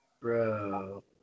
Bro